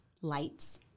lights